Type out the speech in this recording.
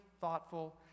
thoughtful